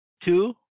Two